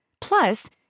Plus